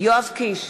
יואב קיש,